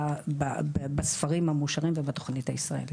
בספרים המאושרים ובתכנית הישראלית.